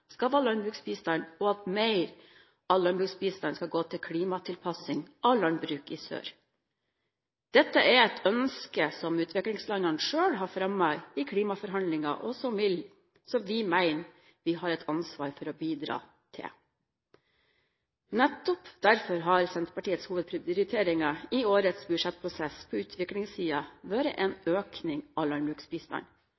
skal være landbruksbistand, og at mer av landbruksbistanden skal gå til klimatilpasning av landbruk i sør. Dette er et ønske som utviklingslandene selv har fremmet i klimaforhandlinger, og som vi mener at vi har et ansvar for å bidra til. Nettopp derfor har en av Senterpartiets hovedprioriteringer i årets budsjettprosess på utviklingssiden vært